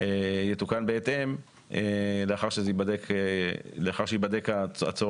יתוקן בהתאם לאחר שזה ייבדק הצורך.